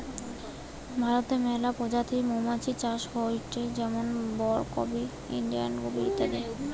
ভারতে মেলা প্রজাতির মৌমাছি চাষ হয়টে যেমন রক বি, ইন্ডিয়ান বি ইত্যাদি